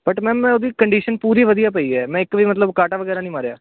but ma'am ਮੈਂ ਉਹਦੀ condition ਪੂਰੀ ਵਧੀਆ ਪਈ ਹੈ ਮੈਂ ਇੱਕ ਵੀ ਮਤਲਬ ਕਾਟਾ ਵਗੈਰਾ ਨਹੀਂ ਮਾਰਿਆ